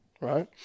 right